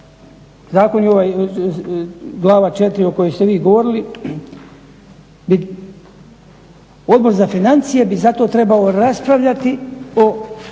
zakon, glava 4. o kojoj ste vi govorili, Odbor za financije bi zato trebao raspravljati o